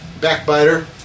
Backbiter